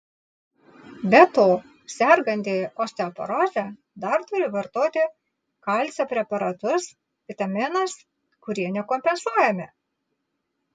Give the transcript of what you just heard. be to sergantieji osteoporoze dar turi vartoti kalcio preparatus vitaminus kurie nekompensuojami